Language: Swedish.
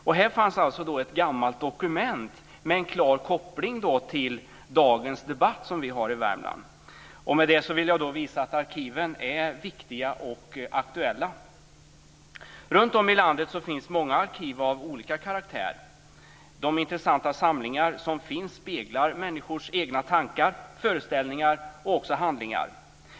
Men här fanns alltså ett gammalt dokument med en klar koppling till den debatt som vi i dag har i Värmland. Med detta vill jag visa att arkiven är viktiga och aktuella. Runtom i landet finns det många arkiv av olika karaktär. De intressanta samlingar som finns speglar människors egna tankar, föreställningar och handlingar.